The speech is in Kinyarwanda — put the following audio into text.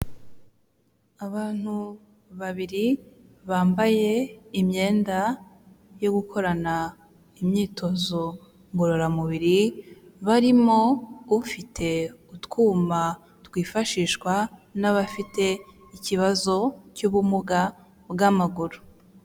Abantu babiri bambaye imyenda yo gukorana imyitozo ngororamubiri barimo ufite utwuma twifashishwa n'abafite ikibazo cy'ubumuga bw'amaguru.